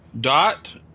Dot